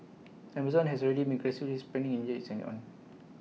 Amazon has already make aggressively expanding India its own